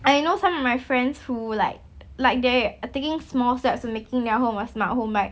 I know some of my friends who like like they are taking small steps to making their home a smart home like